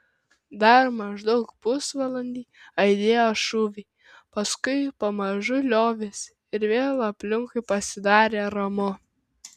dar maždaug pusvalandį aidėjo šūviai paskui pamažu liovėsi ir vėl aplinkui pasidarė ramu